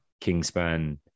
Kingspan